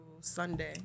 Sunday